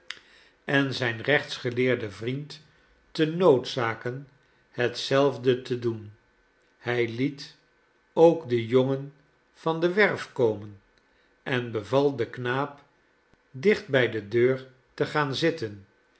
en zijn rechtsgeleerden vriend te noodzaken hetzelfde te doen hij liet ook den jongen van de werf komen en beval den knaap dicht bij de deur te gaan zitten